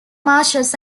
marshes